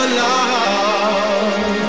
love